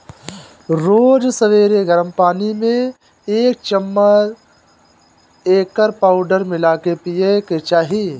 रोज सबेरे गरम पानी में एक चमच एकर पाउडर मिला के पिए के चाही